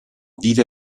vive